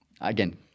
Again